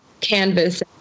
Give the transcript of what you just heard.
canvas